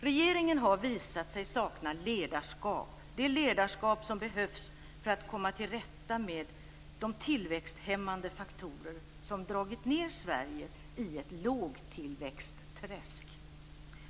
Regeringen har visat sig sakna ledarskap, det ledarskap som behövs för att komma till rätta med de tillväxthämmande faktorer som dragit ned Sverige i ett lågtillväxtträsk.